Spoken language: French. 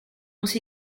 mgr